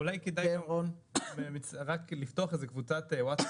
אולי כדאי לפתוח איזו קבוצת וואטסאפ?